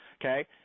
okay